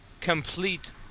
complete